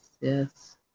Yes